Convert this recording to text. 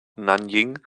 nanjing